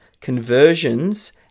conversions